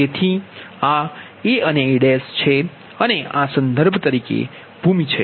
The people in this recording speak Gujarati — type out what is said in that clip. તેથી આ a અને a છે અને આ સંદર્ભ તરીકે ભૂમિ છે